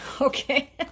Okay